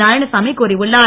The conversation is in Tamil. நாராயணசாமி கூறியுள்ளார்